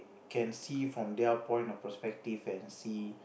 can see from their point of perspective and see